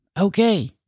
okay